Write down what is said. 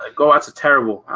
ah go out, to terrible